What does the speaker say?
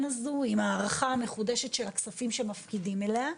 הזו עם הערכה המחודשת של הכספים אשר מפקדים אליה.